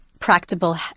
Practical